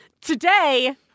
today